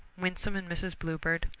winsome and mrs. bluebird.